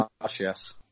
yes